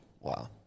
Wow